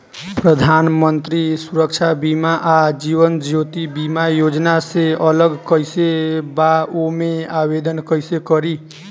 प्रधानमंत्री सुरक्षा बीमा आ जीवन ज्योति बीमा योजना से अलग कईसे बा ओमे आवदेन कईसे करी?